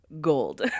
gold